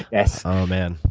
yes. oh man.